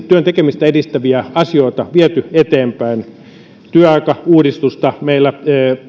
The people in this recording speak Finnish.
työn tekemistä edistäviä asioita viety eteenpäin työaikauudistusta on viety eteenpäin